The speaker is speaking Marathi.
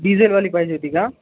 डिझेलवाली पाहिजे होती का